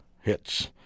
hits